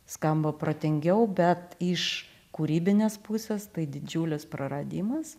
skamba protingiau bet iš kūrybinės pusės tai didžiulis praradimas